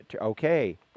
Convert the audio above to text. Okay